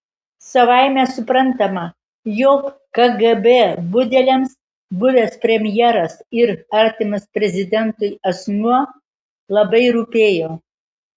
savaime suprantama jog kgb budeliams buvęs premjeras ir artimas prezidentui asmuo labai rūpėjo